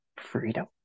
freedom